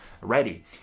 ready